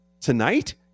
tonight